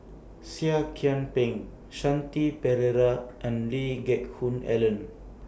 Seah Kian Peng Shanti Pereira and Lee Geck Hoon Ellen